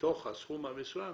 בתוך הסכום המסוים,